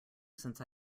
since